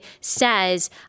says